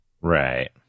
right